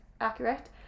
accurate